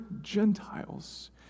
Gentiles